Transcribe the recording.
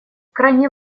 крайне